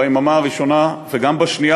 ביממה הראשונה וגם בשנייה,